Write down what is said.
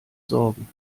sorgen